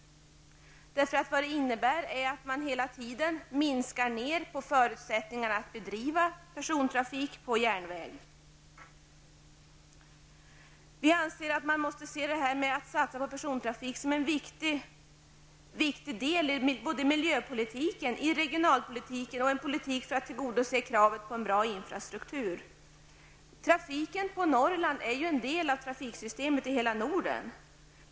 Det innebär att man hela tiden försämrar förutsättningarna att bedriva persontrafik på järnväg. Vi anser att man måste se satsning på persontrafik som en viktig del både i miljö och regionalpolitiken och i arbetet för att tillgodose kraven på en bra infrastruktur. Trafiken i Norrland är en del av hela trafiksystemet i Norden.